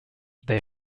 they